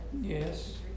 Yes